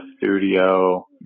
studio